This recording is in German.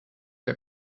der